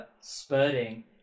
spurting